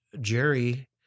Jerry